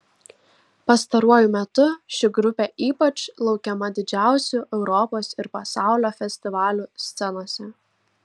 pastaruoju metu ši grupė ypač laukiama didžiausių europos ir pasaulio festivalių scenose